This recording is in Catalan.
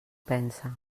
pensa